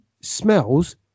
smells